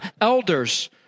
Elders